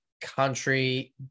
country